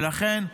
ולכן,